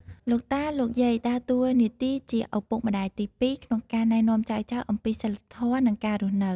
លោកតា លោកយាយ ដើរតួនាទីជាឪពុកម្តាយទីពីរ ក្នុងការណែនាំចៅៗអំពីសីលធម៌ និងការរស់នៅ។